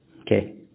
okay